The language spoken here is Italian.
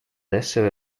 essere